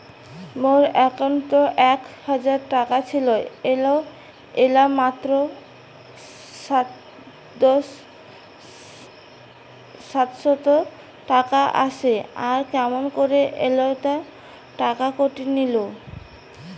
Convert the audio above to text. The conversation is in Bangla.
মোর একাউন্টত এক হাজার টাকা ছিল এলা মাত্র সাতশত টাকা আসে আর কেমন করি এতলা টাকা কাটি নিল?